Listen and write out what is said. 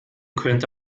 könnte